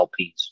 LPs